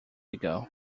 ago